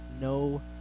no